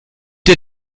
der